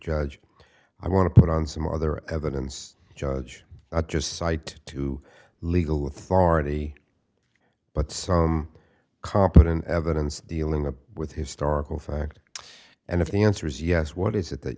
judge i want to put on some other evidence judge not just side to legal with already but some competent evidence dealing with historical fact and if the answer is yes what is it that